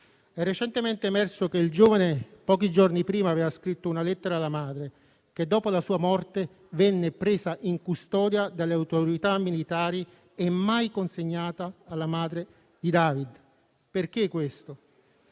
È recentemente emerso che il giovane pochi giorni prima aveva scritto una lettera alla madre, che dopo la sua morte venne presa in custodia delle autorità militari e mai consegnata alla madre di David. Perché questo?